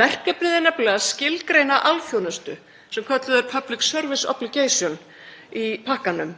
Verkefnið er nefnilega að skilgreina alþjónustu, sem kölluð er Public Service Obligation í pakkanum,